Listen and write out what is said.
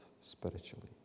spiritually